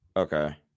Okay